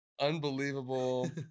unbelievable